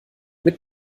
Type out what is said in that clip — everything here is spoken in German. mit